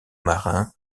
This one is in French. marin